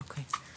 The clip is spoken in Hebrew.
אוקיי.